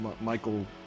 Michael